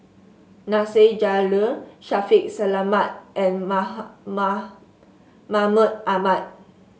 Nasir Jalil Shaffiq Selamat and Mahmud Ahmad